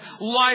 Life